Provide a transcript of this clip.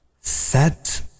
set